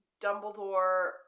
Dumbledore